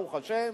ברוך השם,